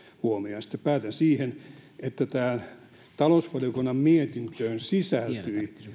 huomioon sitten päätän siihen että tähän talousvaliokunnan mietintöön sisältyi